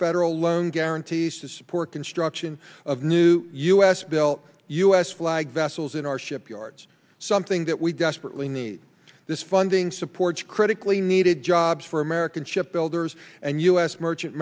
federal loan guarantees to support construction of new u s built u s flag vessels in our shipyards something that we desperately need this funding supports critically needed jobs for american ship builders and u s merchant